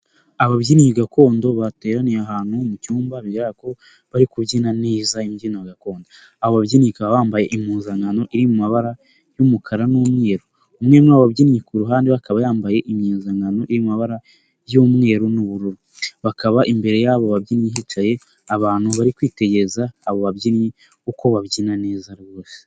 Ababyinnyi gakondo bateraniye ahantu mu cyumba, bigaragra ko bari kubyina neza imbyino gakondo, abo babyinnyi bakaba bambaye impuzankano iri mu mabara y'umukara n'umweru, umwe muri abo babyinnyi ku ruhande we akaba yambaye impuzankano y'amabara y'umweru n'ubururu, bakaba imbere y'abo babyinnyi hicaye abantu bari kwitegereza abo babyinnyi, uko babyina neza rwose.